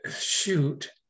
shoot